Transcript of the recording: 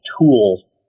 tool